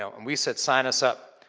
so and we said, sign us up.